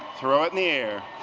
throw it in the air.